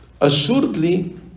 assuredly